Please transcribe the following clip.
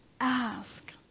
ask